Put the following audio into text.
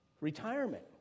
retirement